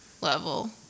level